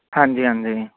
ਹਾਂਜੀ ਹਾਂਜੀ